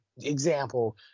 example